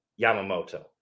Yamamoto